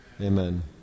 amen